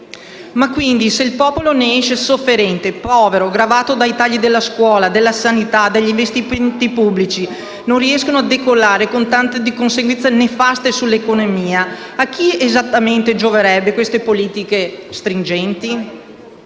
Quindi, se il popolo ne esce sofferente, povero, gravato da tagli alla scuola e alla sanità, e se gli investimenti pubblici non riescono a decollare con tanto di conseguenze nefaste sull'economia, a chi esattamente gioverebbero le "politiche stringenti"?